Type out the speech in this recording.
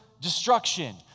destruction